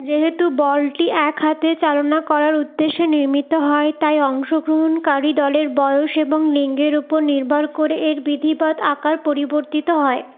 যেহেতু বলটি এক হাতে চালনা করার উদ্দেশ্যে নির্মিত হয় তাই অংশগ্রহণকারী দলের বয়স এবং লিঙ্গের উপর নির্ভর করে এর বিধিবৎ আকার পরিবর্তিত হয়